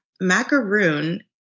macaroon